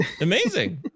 Amazing